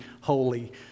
Holy